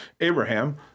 Abraham